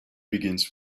begins